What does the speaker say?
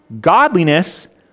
godliness